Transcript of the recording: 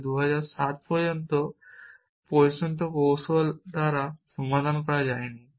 যা 2007 সাল পর্যন্ত কৌশল দ্বারা সমাধান করা যায়নি